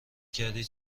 کردی